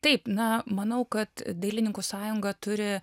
taip na manau kad dailininkų sąjunga turi